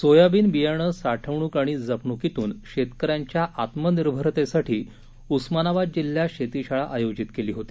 soybean बियाणं साठवणूक आणि जपणूकीतून शेतकऱ्यांच्या आत्मनिर्भरतेसाठी उस्मानाबाद जिल्ह्यात शेतीशाळा आयोजित केली होती